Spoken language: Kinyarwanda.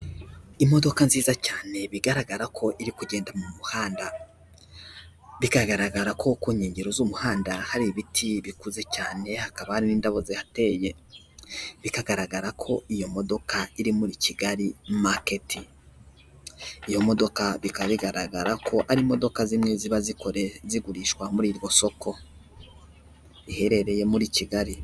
Imodoka nziza cyane bigaragara ko iri kugenda mu muhanda, bikagaragara ko ku nkengero z'umuhanda hari ibiti bikuze cyane hakaba n'indabo zihateye, bikagaragara ko iyo modoka iri muri Kigali maketi, iyo modoka bikaba bigaragara ko ari imodoka zimwe ziba zikore zigurishwa muri iryo soko, iherereye muri Kigali.